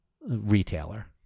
retailer